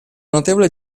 notevole